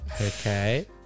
okay